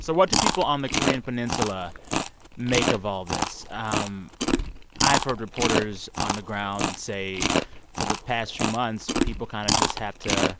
so what do people on the korean peninsula make of all this? um i've heard reporters on the ground say for the past few months, people kind of just have to